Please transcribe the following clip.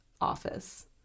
office